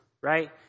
right